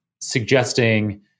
suggesting